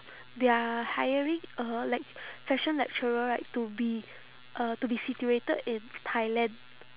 they are hiring a like fashion lecturer right to be uh to be situated in thailand